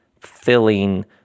filling